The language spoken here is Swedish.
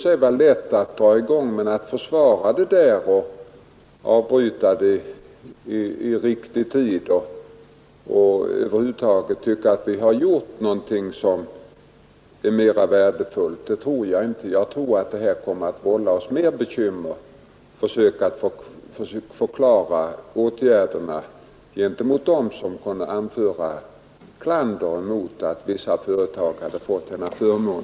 Det är lätt att dra i gång sådana här åtgärder, men jag tror att det blir svårt att försvara dem och att avbryta dem i rätt tid. Jag tror att det skulle vålla oss stora bekymmer att försöka förklara åtgärderna för dem som kan anföra klander mot att vissa företag får denna förmån.